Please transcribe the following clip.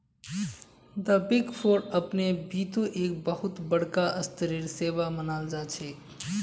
द Big Four अपने बितु एक बहुत बडका स्तरेर सेवा मानाल जा छेक